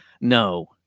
No